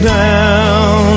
down